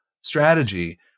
strategy